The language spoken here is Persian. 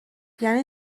یعنی